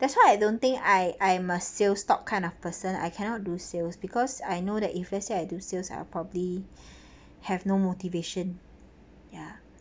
that's why I don't think I I'm a sales stock kind of person I cannot do sales because I know that if let's say I do sales I'll probably have no motivation ya